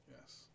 yes